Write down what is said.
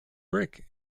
brick